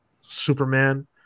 Superman